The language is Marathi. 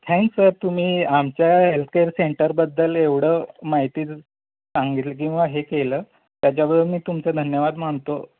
थँक सर तुम्ही आमच्या हेल्थ केअर सेंटरबद्दल एवढं माहिती सांगितलं किंवा हे केलं त्याच्याबरोबर मी तुमचं धन्यवाद मानतो